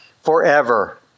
forever